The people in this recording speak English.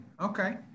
okay